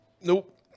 Nope